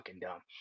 dumb